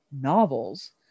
novels